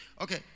Okay